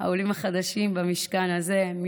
העולים החדשים במשכן הזה,